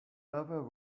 ever